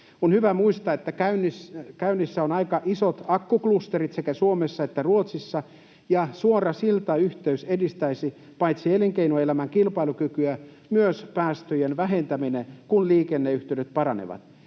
On hyvä muistaa, että käynnissä ovat aika isot akkuklusterit sekä Suomessa että Ruotsissa ja suora siltayhteys edistäisi paitsi elinkeinoelämän kilpailukykyä myös päästöjen vähentämistä, kun liikenneyhteydet paranevat.